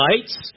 lights